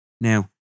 Now